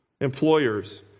Employers